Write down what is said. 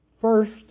First